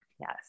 Yes